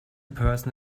person